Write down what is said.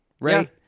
right